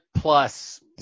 plus